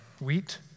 wheat